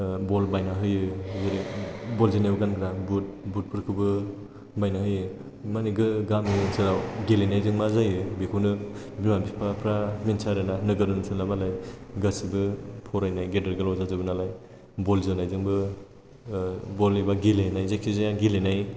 बल बायना होयो जेरै बल जोनायाव गानग्रा बुट फोरखौबो बायना होयो माने गामि ओनसोलाव गेलेनायजों मा जायो बेखौनो बिमा बिफाफोरा मिन्थिया आरोना नोगोर ओनसोलनिया मालाय गासैबो फरायनाय गेदेर गोलाव जाजोबो नालाय बल जोनायजोंबो बल एबा गेलेनाय जिखुनु जाया गेलेनाय